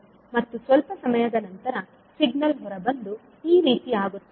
ಮತ್ತು ಸ್ವಲ್ಪ ಸಮಯದ ನಂತರ ಸಿಗ್ನಲ್ ಹೊರಬಂದು ಈ ರೀತಿ ಆಗುತ್ತದೆ